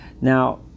Now